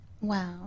Wow